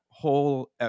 whole